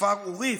בכפר עוריף,